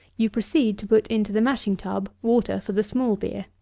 you proceed to put into the mashing tub water for the small beer.